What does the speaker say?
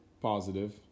positive